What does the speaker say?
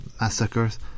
massacres